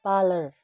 parlour